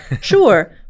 Sure